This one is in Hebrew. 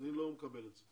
זה לא משנה לי מי.